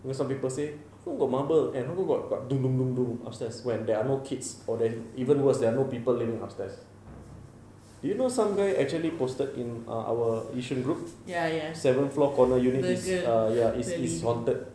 you know some people say eh got marble and also got doom doom doom doom upstairs when there are no kids all that even worse there are no people living upstairs do you know some guy actually posted in our yishun group seven floor corner unit it's ya it's it's haunted